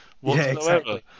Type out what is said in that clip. whatsoever